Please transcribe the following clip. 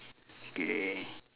okay